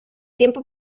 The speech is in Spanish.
tiempo